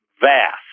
vast